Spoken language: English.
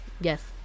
yes